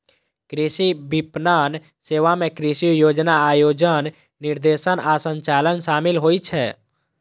कृषि विपणन सेवा मे कृषि योजना, आयोजन, निर्देशन आ संचालन शामिल होइ छै